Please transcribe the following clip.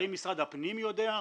האם משרד הפנים יודע?